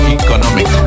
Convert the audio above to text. economic